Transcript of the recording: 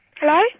Hello